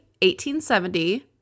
1870